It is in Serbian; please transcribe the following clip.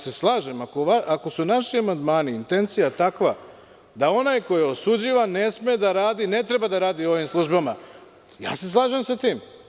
Slažem se, ako su naši amandmani intencija takva da onaj ko je osuđivan ne sme i ne treba da radi u ovim službama, ja se slažem sa tim.